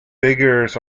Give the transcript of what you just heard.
figures